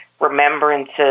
remembrances